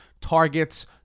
targets